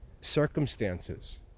circumstances